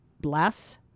bless